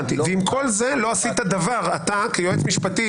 ועם כל זה לא עשית דבר אתה כיועץ משפטי